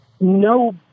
No